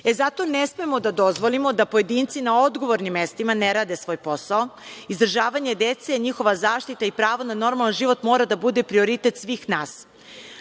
ne smemo da dozvolimo da pojedinci na odgovornim mestima ne rade svoj posao. Izdržavanje dece i njihova zaštita i pravo na normalan život mora da bude prioritet svih